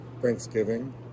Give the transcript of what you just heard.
Thanksgiving